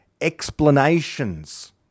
explanations